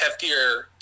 heftier